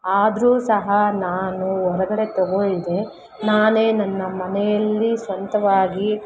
ಆದರೂ ಸಹ ನಾನು ಹೊರ್ಗಡೆ ತೊಗೊಳ್ದೆ ನಾನೇ ನನ್ನ ಮನೆಯಲ್ಲಿ ಸ್ವಂತವಾಗಿ